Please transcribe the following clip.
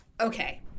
Okay